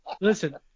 listen